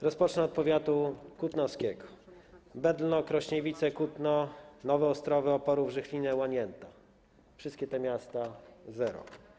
Rozpocznę od powiatu kutnowskiego: Bedlno, Krośniewice, Kutno, Nowe Ostrowy, Oporów, Żychlina, Łanięta, wszystkie te miasta - zero.